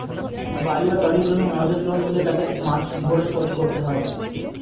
বাড়ি বা গাড়ির জন্য মর্গেজ লোন নিলে তাকে মাস ধরে শোধ করতে হয়